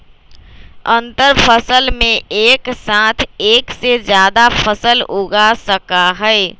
अंतरफसल में एक साथ एक से जादा फसल उगा सका हई